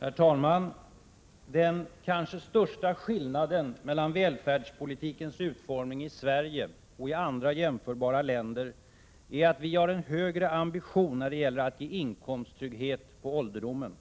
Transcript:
Herr talman! Den kanske största skillnaden mellan välfärdspolitikens utformning i Sverige och i andra jämförbara länder är att vi har en högre ambition när det gäller att ge inkomsttrygghet på ålderdomen.